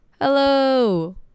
Hello